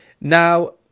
Now